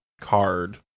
card